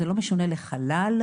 זה לא משונה לחלל?